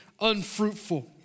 unfruitful